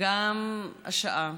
גם השעה,